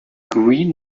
green